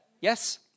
yes